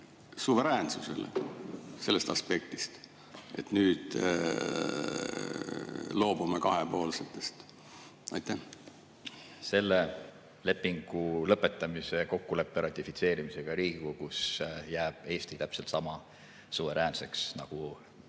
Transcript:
suveräänsusele sellest aspektist, et nüüd loobume kahepoolsetest [lepingutest]? Selle lepingu lõpetamise kokkuleppe ratifitseerimisega Riigikogus jääb Eesti täpselt sama suveräänseks, nagu